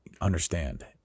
understand